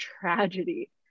tragedy